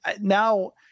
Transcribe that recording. now